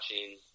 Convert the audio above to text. watching